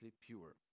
pure